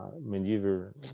maneuver